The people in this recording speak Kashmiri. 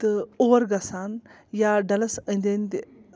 تہٕ اور گَژھان یا ڈَلَس أنٛدۍ أنٛدۍ